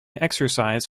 exercise